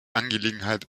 angelegenheit